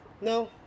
No